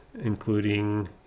including